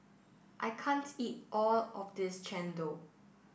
I can't eat all of this Chendol